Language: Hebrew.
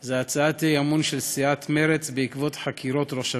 היא הצעת אי-אמון של סיעת מרצ בעקבות חקירות ראש הממשלה.